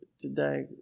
today